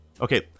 Okay